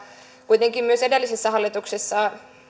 kuitenkin myös edellisessä hallituksessa